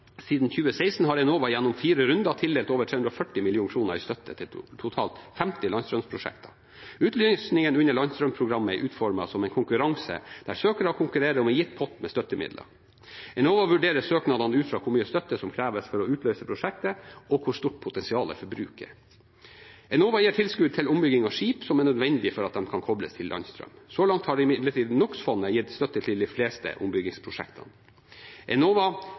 Siden 2016 har Enova gjennom fire runder tildelt over 340 mill. kr i støtte til totalt 50 landstrømprosjekter. Utlysningene under landstrømprogrammet er utformet som en konkurranse der søkere konkurrerer om en gitt pott med støttemidler. Enova vurderer søknadene ut fra hvor mye støtte som kreves for å utløse prosjektet, og hvor stort potensialet for bruk er. Enova gir tilskudd til ombygging av skip som er nødvendig for at de kan kobles til landstrøm. Så langt har imidlertid NOx-fondet gitt støtte til de fleste ombyggingsprosjektene. Enova